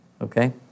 okay